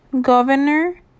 Governor